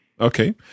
Okay